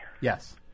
Yes